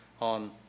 on